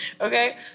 Okay